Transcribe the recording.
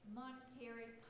monetary